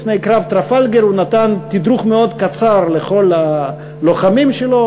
לפני קרב טרפלגר הוא נתן תדרוך מאוד קצר לכל הלוחמים שלו,